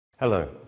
Hello